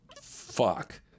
fuck